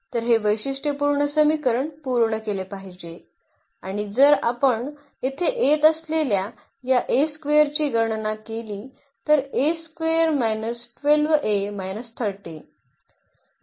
तर हे वैशिष्ट्यपूर्ण समीकरण पूर्ण केले पाहिजे आणि जर आपण येथे येत असलेल्या या ची गणना केली तर